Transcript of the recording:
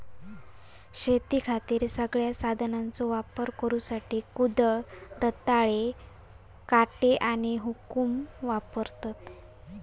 शेतीखातीर सगळ्यांत साधनांचो वापर करुसाठी कुदळ, दंताळे, काटे आणि हुकुम वापरतत